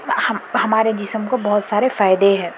ہم ہمارے جسم کو بہت سارے فائدے ہے